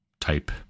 type